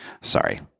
Sorry